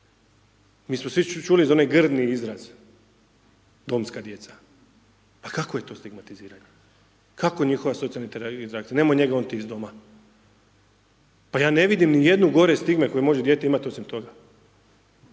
mi smo svi čuli za onaj grdni izraz, domska djeca, pa kakvo je to stigmatiziranje, kako njihova socijalna integracija, nemoj njega on ti je iz doma, pa ja ne vidim ni jednu gore stigme koje dijete može imat osim toga,